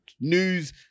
news